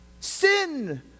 sin